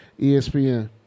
ESPN